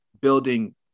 building